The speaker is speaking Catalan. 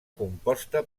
composta